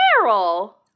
carol